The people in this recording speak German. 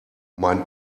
mein